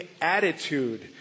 attitude